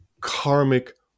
karmic